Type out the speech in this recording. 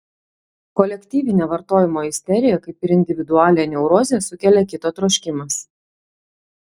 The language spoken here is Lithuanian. kolektyvinę vartojimo isteriją kaip ir individualią neurozę sukelia kito troškimas